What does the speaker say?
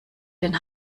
den